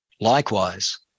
Likewise